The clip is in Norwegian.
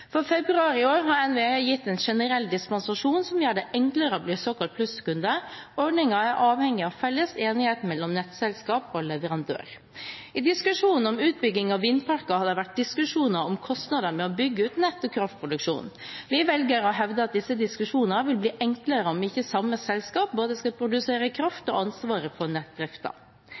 Fra februar i år har NVE gitt en generell dispensasjon som gjør det enklere å bli såkalt plusskunde. Ordningen er avhengig av felles enighet mellom nettselskap og leverandør. I diskusjonen om utbygging av vindparker har det vært diskusjoner om kostnader ved å bygge ut nett og kraftproduksjon. Vi velger å hevde at disse diskusjonene vil bli enklere om ikke samme selskap både skal produsere kraft og ha ansvaret for